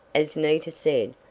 as nita said,